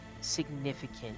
significant